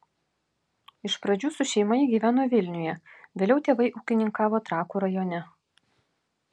iš pradžių su šeima ji gyveno vilniuje vėliau tėvai ūkininkavo trakų rajone